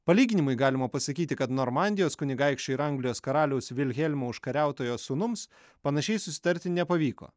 palyginimui galima pasakyti kad normandijos kunigaikščio ir anglijos karaliaus vilhelmo užkariautojo sūnums panašiai susitarti nepavyko